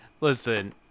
listen